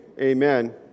amen